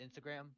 Instagram